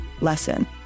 lesson